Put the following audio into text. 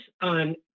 on